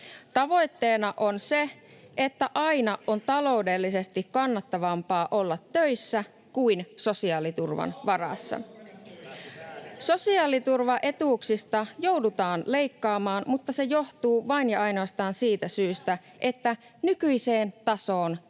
Tavoitteena on se, että aina on taloudellisesti kannattavampaa olla töissä kuin sosiaaliturvan varassa. [Antti Kurvinen: Mutta autolla ei kannata mennä töihin!] Sosiaaliturvaetuuksista joudutaan leikkaamaan, mutta se johtuu vain ja ainoastaan siitä syystä, että nykyiseen tasoon ei